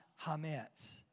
hametz